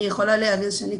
אני יכולה להגיד שאני,